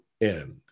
end